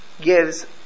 gives